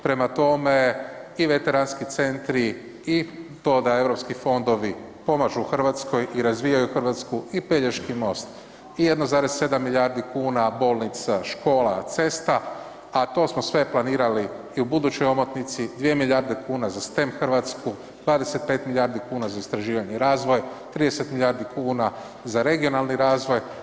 Prema tome i veteranski centri i to da Europski fondovi pomažu Hrvatskoj i razvijaju Hrvatsku i Pelješki most i 1,7 milijardi kuna bolnica, škola, cesta, a to smo sve planirali i u budućoj omotnici, 2 milijarde kuna za STEM Hrvatsku, 25 milijardi kuna za istraživanje i razvoj, 30 milijardi kuna za regionalni razvoj.